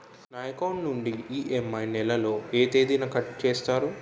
నా అకౌంట్ నుండి ఇ.ఎం.ఐ నెల లో ఏ తేదీన కట్ చేస్తారు?